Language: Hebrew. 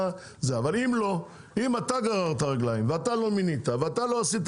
אם אתה גררת רגליים ואתה לא מינית ואתה לא עשית